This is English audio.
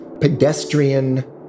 pedestrian